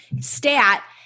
stat